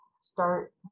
start